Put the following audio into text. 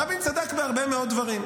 רבין צדק בהרבה מאוד דברים,